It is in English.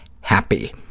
HAPPY